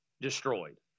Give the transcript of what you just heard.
destroyed